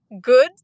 good